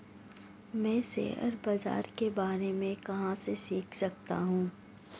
मैं शेयर बाज़ार के बारे में कहाँ से सीख सकता हूँ?